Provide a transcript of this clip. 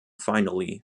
finally